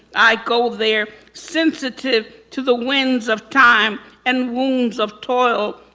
i go there, sensitive to the winds of time and wounds of toil.